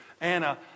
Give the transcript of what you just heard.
Anna